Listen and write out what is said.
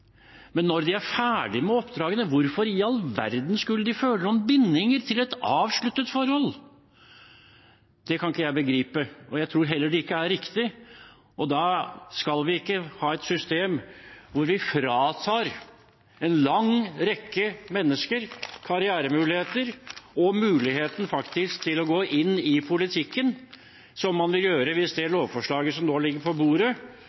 men når de er ferdige med oppdragene, hvorfor i all verden skulle de da føle noen bindinger til et avsluttet forhold? Det kan ikke jeg begripe. Jeg tror heller ikke det er riktig. Da skal vi ikke ha et system hvor vi fratar en lang rekke mennesker karrieremuligheter og muligheten til å gå inn i politikken, som man vil gjøre hvis lovforslaget som nå ligger på bordet,